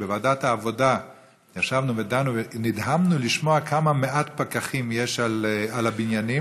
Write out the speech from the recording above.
שבוועדת העבודה ישבנו ודנו ונדהמנו לשמוע כמה מעט פקחים יש על הבניינים